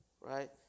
right